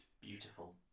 beautiful